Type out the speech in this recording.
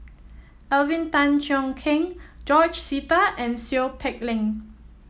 Alvin Tan Cheong Kheng George Sita and Seow Peck Leng